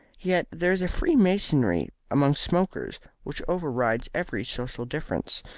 yet there is a freemasonry among smokers which overrides every social difference,